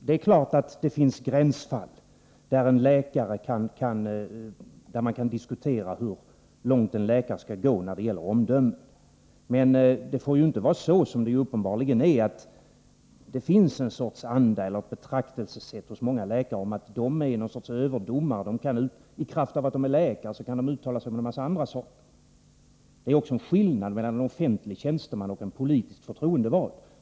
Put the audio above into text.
Det är klart att det finns gränsfall, där man kan diskutera hur långt en läkare skall gå när det gäller omdöme. Men det får inte vara så, som det uppenbarligen är: Det finns en anda, eller ett betraktelsesätt, hos många läkare som innebär att de är någon sorts överdomare — i kraft av att de är läkare kan de uttala sig om en massa andra saker. Det är också en skillnad mellan en offentlig tjänsteman och en politiskt förtroendevald.